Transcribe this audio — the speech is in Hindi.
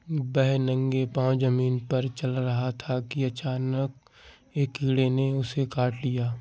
वह नंगे पांव जमीन पर चल रहा था कि अचानक एक कीड़े ने उसे काट लिया